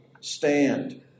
stand